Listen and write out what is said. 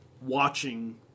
watching